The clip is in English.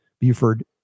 Buford